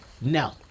No